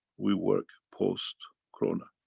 we work post-corona